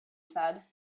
said